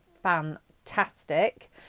fantastic